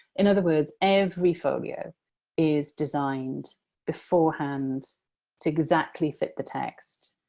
in other words, every folio is designed beforehand to exactly fit the text,